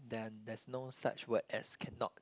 done there's no such word as cannot